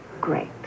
Great